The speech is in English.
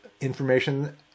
information